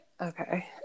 Okay